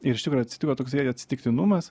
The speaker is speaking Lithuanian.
ir iš tikro atsitiko toksai atsitiktinumas